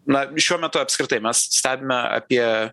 na šiuo metu apskritai mes stebime apie